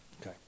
Okay